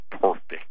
perfect